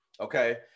Okay